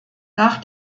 nach